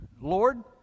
Lord